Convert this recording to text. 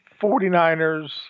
49ers